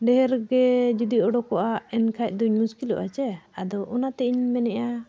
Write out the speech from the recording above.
ᱰᱷᱮᱨ ᱜᱮ ᱡᱩᱫᱤ ᱚᱰᱚᱠᱚᱜᱼᱟ ᱮᱱ ᱠᱷᱟᱡ ᱫᱚᱧ ᱢᱩᱥᱠᱤᱞᱚᱜᱼᱟ ᱪᱮ ᱟᱫᱚ ᱚᱱᱟᱛᱮ ᱤᱧ ᱢᱮᱱᱮᱫᱼᱟ